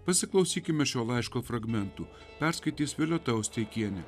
pasiklausykime šio laiško fragmentų perskaitys violeta usteikienė